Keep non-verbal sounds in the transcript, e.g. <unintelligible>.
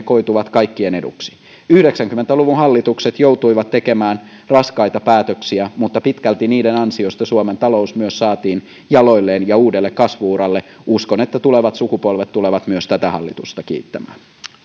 <unintelligible> koituvat kaikkien eduksi yhdeksänkymmentä luvun hallitukset joutuivat tekemään raskaita päätöksiä mutta pitkälti niiden ansiosta suomen talous myös saatiin jaloilleen ja uudelle kasvu uralle uskon että tulevat sukupolvet tulevat myös tätä hallitusta kiittämään